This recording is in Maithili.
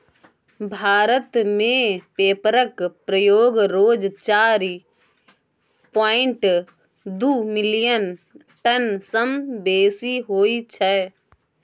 भारत मे पेपरक प्रयोग रोज चारि पांइट दु मिलियन टन सँ बेसी होइ छै